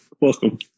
Welcome